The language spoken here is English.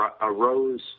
arose